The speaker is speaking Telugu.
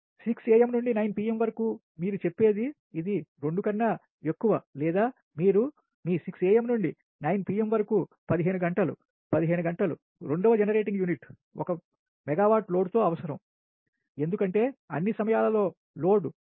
6am నుండి 9 pm వరకు మీరు చెప్పేది ఇది 2 కన్నా ఎక్కువ లేదా మీరు మీ 6am నుండి 9pm వరకు 15 గంటలు 15 గంటలు రెండవ జెనరేటింగ్ యూనిట్ 1 మెగావాట్ లోడ్ తో అవసరం ఎందుకంటే అన్ని సమయంలలో లోడ్ రెండు